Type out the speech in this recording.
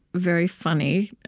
very funny.